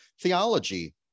theology